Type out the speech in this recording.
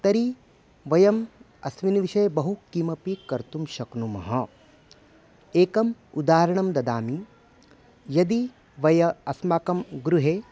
तर्हि वयम् अस्मिन् विषये बहु किमपि कर्तुं शक्नुमः एकम् उदाहरणं ददामि यदि वय अस्माकं गृहे